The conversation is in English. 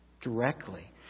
directly